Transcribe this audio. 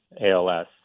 ALS